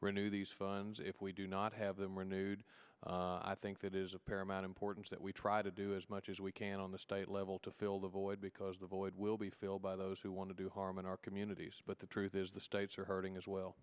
renew these funds if we do not have them renewed i think that is of paramount importance that we try to do as much as we can on the state level to fill the void because the void will be filled by those who want to do harm in our communities but the truth is the states are hurting as well